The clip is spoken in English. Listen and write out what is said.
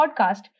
Podcast